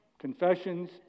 Confessions